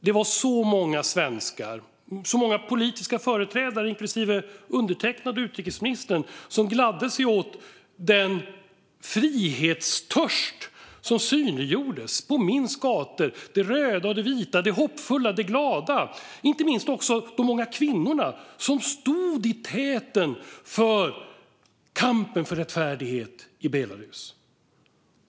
Det var så många svenskar, så många politiska företrädare inklusive undertecknad och utrikesministern, som gladde sig åt den frihetstörst som synliggjordes på Minsks gator - det röda, det vita, det hoppfulla och det glada - och inte minst också de många kvinnor som stod i täten för kampen för rättfärdighet i Belarus.